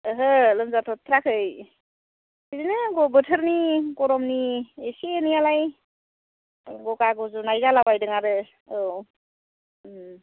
ओहो लोमजाथथाराखै ओरैनो बोथोरनि गरमनि इसे एनैयालाय गगा गुजुनाय जालाबायदों आरो औ